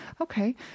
Okay